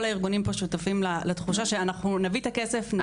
הארגונים פה שותפים לתחושה שנביא את הכסף,